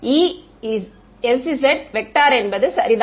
j0Esz என்பது சரிதான்